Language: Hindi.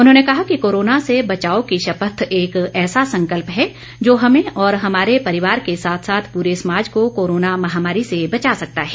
उन्होंने कहा कि कोरोना से बचाव की शपथ एक ऐसा संकल्प है जो हमें और हमारे परिवार के साथ साथ पूरे समाज को कोरोना महामारी से बचा सकता है